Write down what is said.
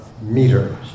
meter